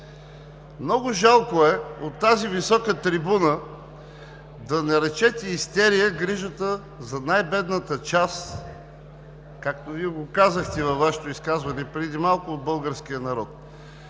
много жалко е от тази висока трибуна да наречете „истерия“ грижата за най-бедната част, както казахте във Вашето изказване преди малко, от българския народ.